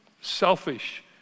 selfish